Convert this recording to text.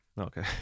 okay